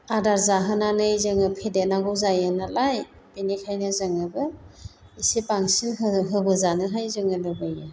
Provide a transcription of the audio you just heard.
आदार जाहोनानै जोङो फेदेरनांगौ जायो नालाय बेनिखायनो जोंनोबो एसे बांसिन होबोजानोहाय जोङो लुबैयो